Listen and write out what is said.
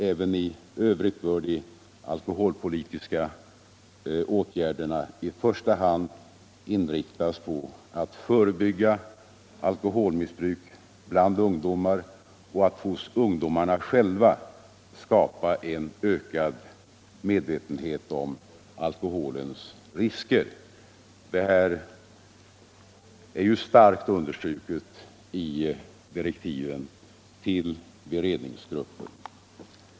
Även i övrigt bör de alkoholpolitiska åtgärderna i första hand inriktas på att förebygga alkoholmissbruk bland ungdomar och att hos ungdomarna själva skapa en ökad medvetenhet om alkoholens risker. Detta har vi starkt understruket i direktiven till beredningsgruppen.